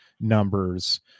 numbers